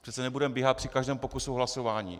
Přece nebudeme běhat při každém pokusu o hlasování.